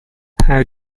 how